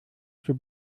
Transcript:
zur